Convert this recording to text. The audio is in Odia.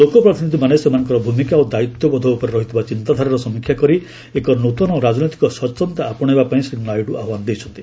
ଲୋକ ପ୍ରତିନିଧିମାନେ ସେମାନଙ୍କର ଭୂମିକା ଓ ଦାୟିତ୍ୱବୋଧ ଉପରେ ରହିଥିବା ଚିନ୍ତାଧାରାର ସମୀକ୍ଷା କରି ଏକ ନୃତନ ରାଜନୈତିକ ସଚେତନତା ଆପଶେଇବା ପାଇଁ ଶ୍ରୀ ନାଇଡୁ ଆହ୍ୱାନ ଦେଇଛନ୍ତି